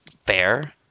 fair